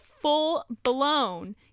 full-blown